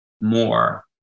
more